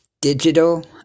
Digital